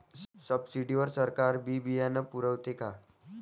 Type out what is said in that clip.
Subsidy वर सरकार बी बियानं पुरवते का?